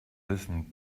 listen